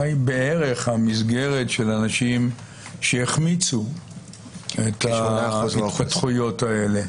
מהי בערך המסגרת של אנשים שהחמיצו את ההתפתחויות האלה?